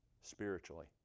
spiritually